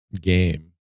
game